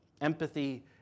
Empathy